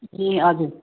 ए हजुर